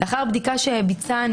לאחר הבדיקה שביצענו,